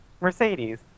Mercedes